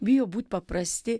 bijo būti paprasti